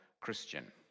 Christian